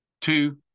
two